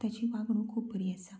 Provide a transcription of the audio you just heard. ताची वागणूक खूब बरी आसा